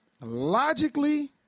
Logically